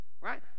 right